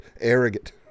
arrogant